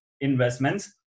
investments